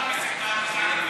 הכיבוש.